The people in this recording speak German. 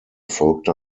folgte